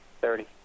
Thirty